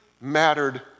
mattered